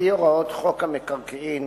על-פי הוראות חוק המקרקעין,